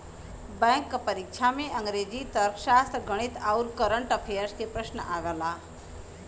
bank क परीक्षा में अंग्रेजी, तर्कशास्त्र, गणित आउर कंरट अफेयर्स के प्रश्न आवला